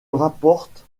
rapportent